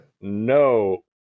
no